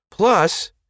Plus